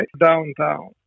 downtown